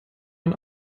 man